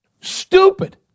Stupid